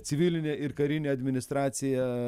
civilinė ir karinė administracija